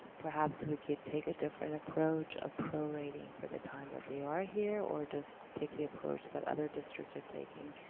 perhaps we could take a different approach of pro-rating for the time that they are here, or just take the approach that other districts are taking,